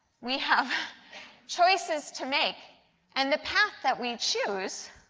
we have choices to make and the path that we choose